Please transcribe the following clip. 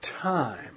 time